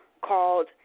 called